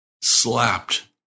slapped